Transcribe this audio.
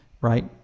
right